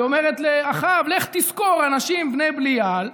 היא אומרת לאחאב: לך תשכור אנשים בני בלייעל,